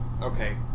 Okay